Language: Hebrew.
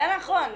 זה נכון.